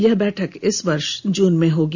यह बैठक इस वर्ष जून में होगी